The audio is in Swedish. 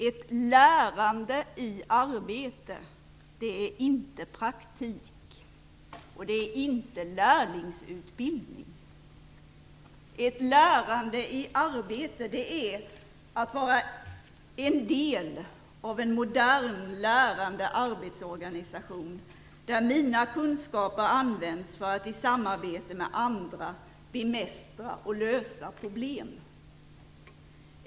Ett lärande i arbete är inte praktik, inte lärlingsutbildning. Ett lärande i arbete är att vara en del av en modern, lärande arbetsorganisation där mina kunskaper används för att i samarbete med andra bemästra och lösa problem.